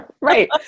Right